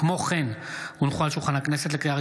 כי הונחו היום על שולחן הכנסת,